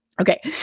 Okay